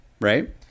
right